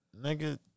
nigga